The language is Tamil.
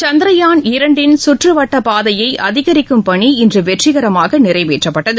சந்திரயாள் இரண்டின் சுற்று வட்டப்பாதையை அதிகரிக்கும் பணி இன்று வெற்றிகரமாக நிறைவேற்றப்பட்டது